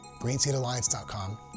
greenseedalliance.com